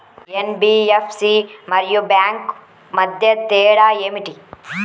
NBFC మరియు bank మధ్య తేడా ఏమిటి?